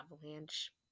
Avalanche